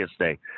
today